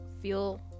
feel